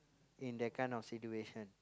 in that kind of situation